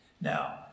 Now